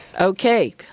Okay